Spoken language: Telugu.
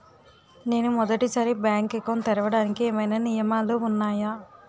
నేను మొదటి సారి బ్యాంక్ అకౌంట్ తెరవడానికి ఏమైనా నియమాలు వున్నాయా?